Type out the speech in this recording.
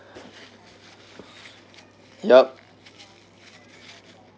yup